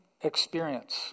experience